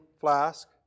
flask